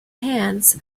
hands